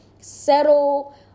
settle